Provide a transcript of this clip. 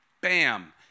Bam